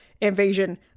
invasion